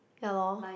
ya loh